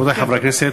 רבותי חברי הכנסת,